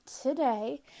Today